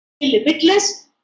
limitless